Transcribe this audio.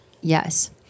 yes